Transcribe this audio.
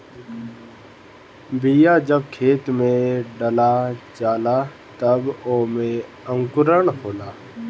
बिया जब खेत में डला जाला तब ओमे अंकुरन होला